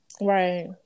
right